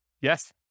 Yes